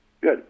Good